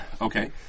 Okay